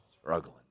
Struggling